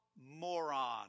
Moron